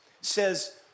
says